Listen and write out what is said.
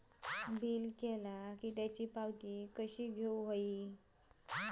Bill केला की त्याची पावती कशी घेऊची?